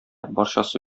барчасы